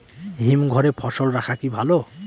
হিমঘরে ফসল রাখা কি ভালো?